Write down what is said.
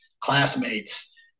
classmates